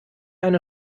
eine